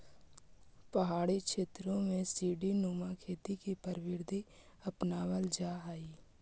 पहाड़ी क्षेत्रों में सीडी नुमा खेती की प्रविधि अपनावाल जा हई